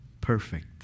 perfect